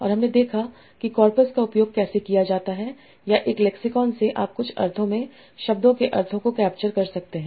और हमने देखा कि कार्पस का उपयोग कैसे किया जाता है या एक लेक्सिकॉन से आप कुछ अर्थों में शब्दों के अर्थों को कैप्चर कर सकते हैं